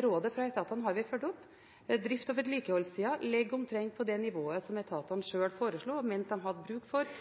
rådet fra etatene har vi fulgt opp. Drifts- og vedlikeholdssiden ligger omtrent på det nivået som etatene sjøl foreslo og mente at de hadde bruk for